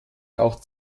auch